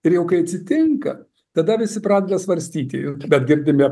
ir jau kai atsitinka tada visi pradeda svarstyti bet girdime